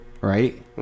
right